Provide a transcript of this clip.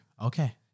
Okay